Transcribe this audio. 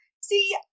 See